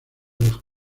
los